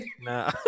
No